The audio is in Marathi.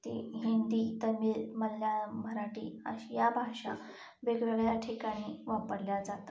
ती हिंदी तमीळ मल्याळम मराठी अशी या भाषा वेगवेगळ्या ठिकाणी वापरल्या जातात